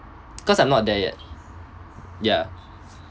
cause I'm not there yet ya